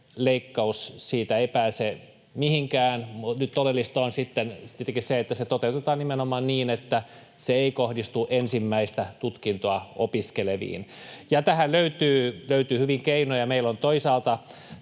leikkaus, siitä ei pääse mihinkään. Nyt oleellista on sitten tietenkin se, että se toteutetaan nimenomaan niin, että se ei kohdistu ensimmäistä tutkintoa opiskeleviin. Tähän löytyy hyvin keinoja.